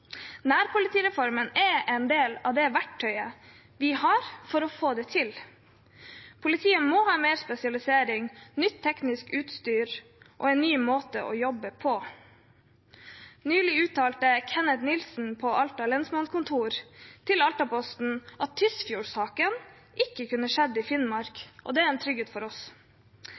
Nærpolitireformen er en del av verktøyet vi har for å få det til. Politiet må ha mer spesialisering og nytt teknisk utstyr og få en ny måte å jobbe på. Nylig uttalte Kenneth Nilsen ved Alta lensmannskontor til Altaposten at Tysfjord-saken ikke kunne skjedd i Finnmark. Det er en trygghet for oss.